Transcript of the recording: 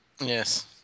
Yes